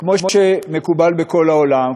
כמו שמקובל בכל העולם,